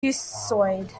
hesiod